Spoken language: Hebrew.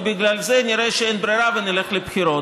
ובגלל זה נראה שאין ברירה ונלך לבחירות.